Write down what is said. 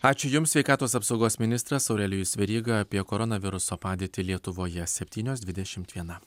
ačiū jums sveikatos apsaugos ministras aurelijus veryga apie koronaviruso padėtį lietuvoje septynios dvidešimt viena